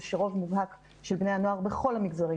זה שרוב מובהק של בני הנוער בכל המגזרים